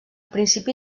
principi